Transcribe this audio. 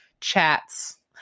chats